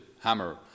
hammer